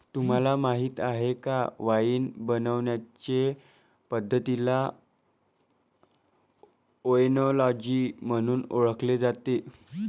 तुम्हाला माहीत आहे का वाइन बनवण्याचे पद्धतीला ओएनोलॉजी म्हणून ओळखले जाते